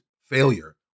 failure